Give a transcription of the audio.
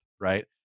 right